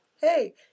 hey